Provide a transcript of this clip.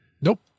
Nope